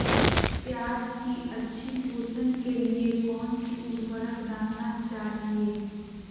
प्याज की अच्छी पोषण के लिए कौन सी उर्वरक डालना चाइए?